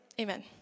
Amen